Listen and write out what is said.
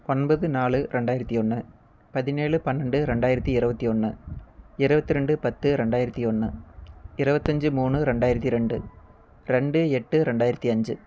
ஒன்பது நாலு ரெண்டாயிரத்து ஒன்று பதினெழு பன்னெண்டு ரெண்டாயிரத்து இருபத்தி ஒன்று இருபத்து ரெண்டு பத்து ரெண்டாயிரத்து ஒன்று இருபத்து அஞ்சு மூணு ரெண்டாயிரத்து ரெண்டு ரெண்டு எட்டு ரெண்டாயிரத்து அஞ்சு